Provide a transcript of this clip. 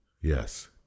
Yes